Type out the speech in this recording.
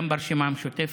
גם ברשימה המשותפת.